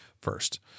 first